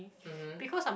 mmhmm